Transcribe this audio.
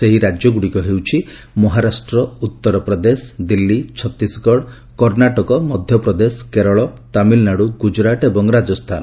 ସେହି ରାଜ୍ୟଗୁଡ଼ିକ ହେଉଛି ମହାରାଷ୍ଟ୍ର ଉତ୍ତର ପ୍ରଦେଶ ଦିଲ୍ଲୀ ଛତିଶଗଡ଼ କର୍ଷାଟକ ମଧ୍ୟପ୍ରଦେଶ କେରଳ ତାମିଲନାଡୁ ଗୁଜୁରାଟ୍ ଏବଂ ରାଜସ୍ଥାନ